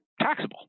taxable